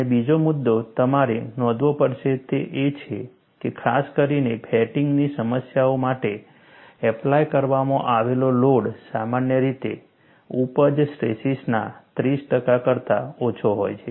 અને બીજો મુદ્દો જે તમારે નોંધવો પડશે તે એ છે કે ખાસ કરીને ફેટિગની સમસ્યાઓ માટે એપ્લાય કરવામાં આવેલો લોડ સામાન્ય રીતે ઉપજ સ્ટ્રેસીસના 30 ટકા કરતા ઓછો હોય છે